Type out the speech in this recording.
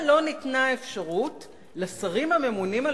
למה לא ניתנה אפשרות לשרים הממונים על